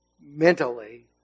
mentally